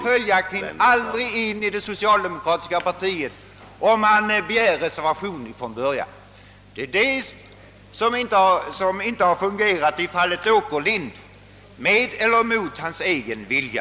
Följaktligen kommer ingen med i det socialdemokratiska partiet som avger reservation från början. Det är detta som inte har fungerat i fallet Åkerlind, med eller mot hans egen vilja.